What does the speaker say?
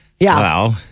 Wow